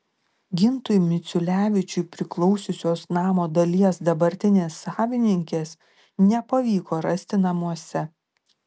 gintui miciulevičiui priklausiusios namo dalies dabartinės savininkės nepavyko rasti namuose